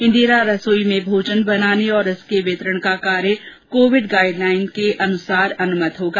इन्द्रा रसोई में भोजन बनाने और उसके वितरण का कार्य कोविड गाईडलाईन के अनुसार अनुमत होगा